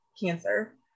cancer